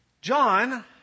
John